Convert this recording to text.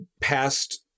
Past